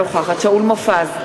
אינה נוכחת שאול מופז,